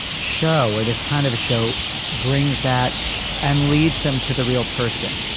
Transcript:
show where this kind of a show brings that and leads them to the real person.